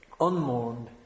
unmourned